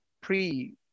pre